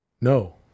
No